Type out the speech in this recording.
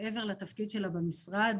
מעבר לתפקיד שלה במשרד,